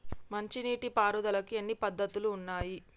మంచి నీటి పారుదలకి ఎన్ని పద్దతులు ఉన్నాయి?